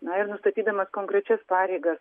na ir nustatydama konkrečias pareigas